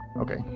Okay